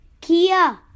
Kia